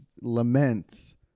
laments